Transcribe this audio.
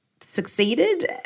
succeeded